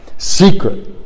Secret